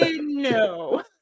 No